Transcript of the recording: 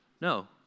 No